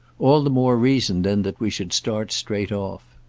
all the more reason then that we should start straight off.